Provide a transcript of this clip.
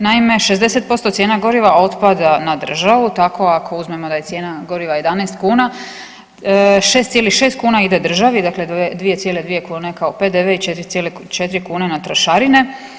Naime, 60% cijena goriva otpada na državu tako ako uzmemo da je cijena goriva 11 kuna, 6,6 kuna ide državi, dakle 2,2 kune kao PDV-e i 4 kune na trošarine.